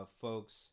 folks